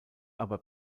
aber